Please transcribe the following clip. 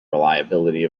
reliability